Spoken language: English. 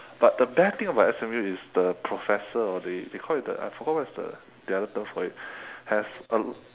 but the bad thing about S_M_U is the professor or they they call it the I forgot what's the the other term for it has a